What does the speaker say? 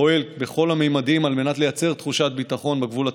פועל בכל הממדים לייצר תחושת ביטחון בגבול הצפון,